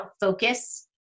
focus